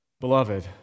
Beloved